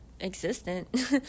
existent